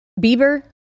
Bieber